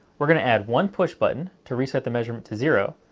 we're going to add one push button to reset the measurement to zero,